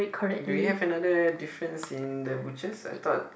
do we have another difference in the bushes I thought